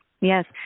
Yes